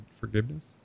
forgiveness